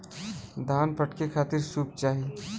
धान फटके खातिर सूप चाही